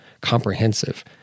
comprehensive